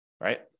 right